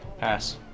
Pass